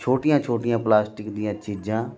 ਛੋਟੀਆਂ ਛੋਟੀਆਂ ਪਲਾਸਟਿਕ ਦੀਆਂ ਚੀਜ਼ਾਂ